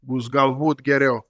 bus galbūt geriau